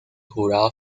jurado